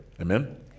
Amen